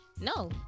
no